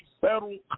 federal